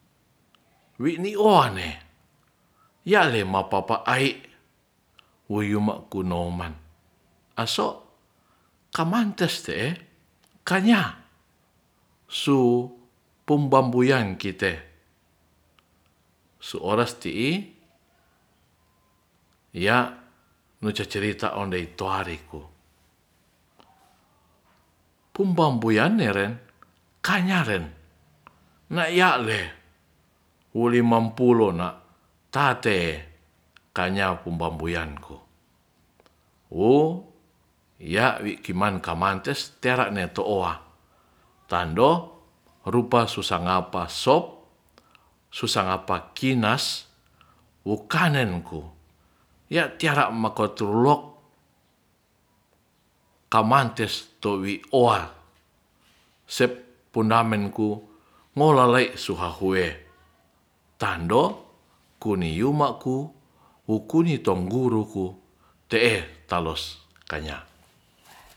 Wini woanne yale ma papa ai wuyuma kunoman aso kamantes te e kanya su pombayunan kite su oras ti i ya nicecerita ondei tuari ko pumbamboyan neren kanyaren na yale wili mampu lona tate kanya pumbankoyaku wo ya wi kiman kamantes tera ne to owa tando rupa susangapa sop susangapa kinas wo kanen ku ya tiara mokotulok kamante towi owa sep pundamen ku ngolalai sohahue tando kuniyumaku ukuni rongguruku te e talos talos tanya